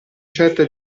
certe